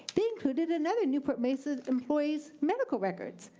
they included another newport mesa employee's medical records.